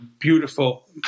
beautiful